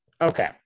Okay